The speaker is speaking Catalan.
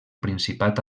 principat